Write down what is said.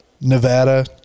Nevada